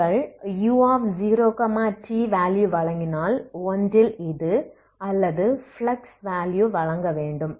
நீங்கள் u0tவேலுயு வழங்கினால் ஒன்றில் இது அல்லது பிளக்ஸ் வேலுயு வழங்க வேண்டும்